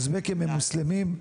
אוזבקים הם מוסלמים.